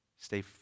Stay